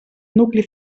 nucli